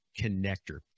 connector